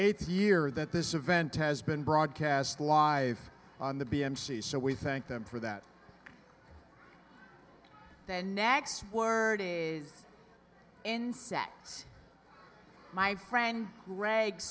eighth year that this event has been broadcast live on the b m cs so we thank them for that the next word in set my friend r